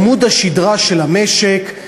עמוד השדרה של המשק,